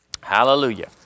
Hallelujah